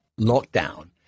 lockdown